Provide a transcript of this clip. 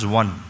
one